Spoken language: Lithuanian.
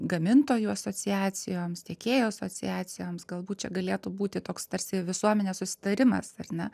gamintojų asociacijoms tiekėjo asociacijoms galbūt čia galėtų būti toks tarsi visuomenės susitarimas ar ne